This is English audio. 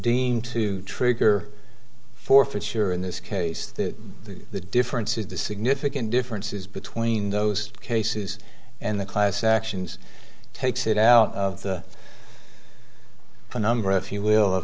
deemed to trigger forfeiture in this case the the difference is the significant differences between those cases and the class actions takes it out of the number if you will of